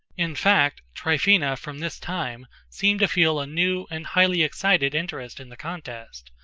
in fact, tryphena from this time seemed to feel a new and highly-excited interest in the contest,